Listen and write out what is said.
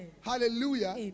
Hallelujah